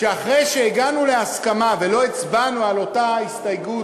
אחרי שהגענו להסכמה ולא הצבענו על אותה הסתייגות,